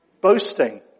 boasting